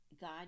god